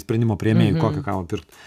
sprendimo priėmėju kokią kavą pirkt